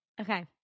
okay